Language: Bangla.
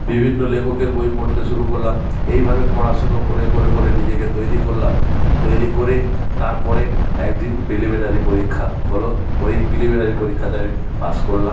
বিভিন্ন লেখকের বই পড়তে শুরু করলাম এইভাবে পড়াশুনো করে করে করে নিজেকে তৈরি করলাম তৈরি করে তারপরে এক দিন প্রিলিমিনারি পরীক্ষা হলো ওই প্রিলিমিনারি পরীক্ষাতে আমি পাস করলাম